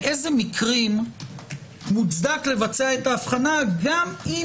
באילו מקרים מוצדק לבצע את ההבחנה גם אם